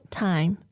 time